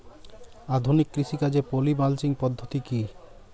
আধুনিক কৃষিকাজে poly mulching পদ্ধতি কি?